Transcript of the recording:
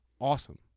awesome